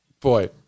boy